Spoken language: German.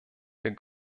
der